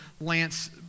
Lance